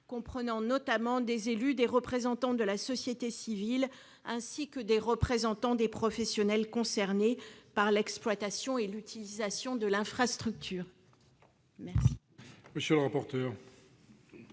comprenant notamment des élus, des représentants de la société civile, ainsi que des représentants des professionnels concernés par l'exploitation et l'utilisation de l'infrastructure. Quel